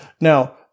Now